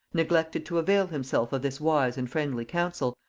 neglected to avail himself of this wise and friendly counsel,